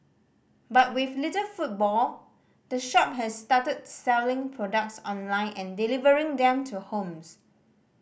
but with little footfall the shop has started selling products online and delivering them to homes